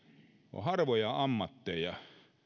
on harvoja ammatteja